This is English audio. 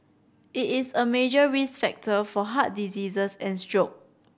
it is a major risk factor for heart diseases and stroke